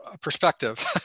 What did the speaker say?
perspective